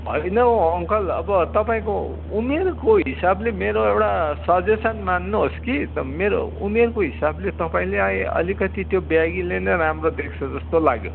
होइन हौ अङ्कल अब तपाईँको उमेरको हिसाबले मेरो एउटा सजेसन मान्नु होस् कि मेरो उमेरको हिसाबले तपाईँलाई अलिकति त्यो बेगीले नै राम्रो देख्छ जस्तो लाग्यो